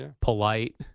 polite